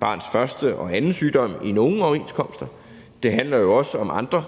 barnets første og anden sygedag, og det handler også om andre